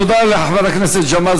תודה לחבר הכנסת ג'מאל